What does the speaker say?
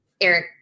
Eric